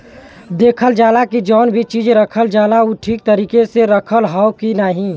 देखल जाला की जौन भी चीज रखल जाला उ ठीक तरीके से रखल हौ की नाही